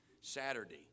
Saturday